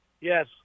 Yes